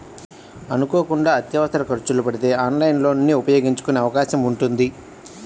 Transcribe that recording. అనుకోకుండా అత్యవసర ఖర్చులు పడితే ఆన్లైన్ లోన్ ని ఉపయోగించే అవకాశం ఉంటుంది